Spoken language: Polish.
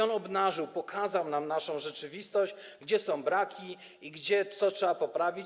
On obnażył, pokazał nam naszą rzeczywistość, gdzie są braki i gdzie co trzeba poprawić.